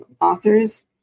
authors